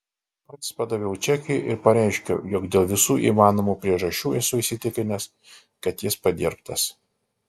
pats padaviau čekį ir pareiškiau jog dėl visų įmanomų priežasčių esu įsitikinęs kad jis padirbtas